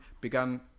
began